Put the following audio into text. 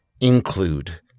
include